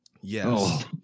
Yes